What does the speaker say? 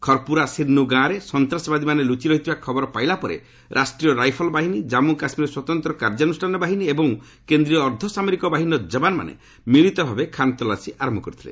ଖରପୁରା ସିର୍ଣ୍ଣୁ ଗାଁରେ ସନ୍ତାସବାଦୀମାନେ ଲୁଚି ରହିଥିବା ଖବର ପାଇଲା ପରେ ରାଷ୍ଟ୍ରୀୟ ରାଇଫଲ ବାହିନୀ କାନ୍ଗୁ କାଶ୍ମୀରର ସ୍ୱତନ୍ତ୍ର କାର୍ଯ୍ୟାନୁଷ୍ଠାନ ବାହିନୀ ଏବଂ କେନ୍ଦ୍ରୀୟ ଅର୍ଦ୍ଧସାମରିକ ବାହିନୀର ଯବାନମାନେ ମିଳିତ ଭାବେ ଖାନତଲାସୀ ଆରମ୍ଭ କରିଥିଲେ